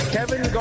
Kevin